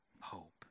hope